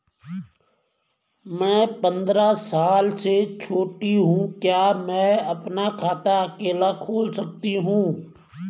मैं पंद्रह साल से छोटी हूँ क्या मैं अपना खाता अकेला खोल सकती हूँ?